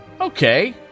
okay